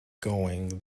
going